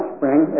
Spring